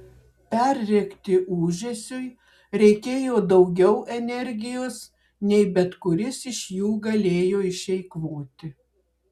perrėkti ūžesiui reikėjo daugiau energijos nei bet kuris iš jų galėjo išeikvoti